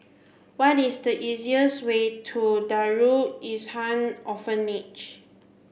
what is the easiest way to Darul Ihsan Orphanage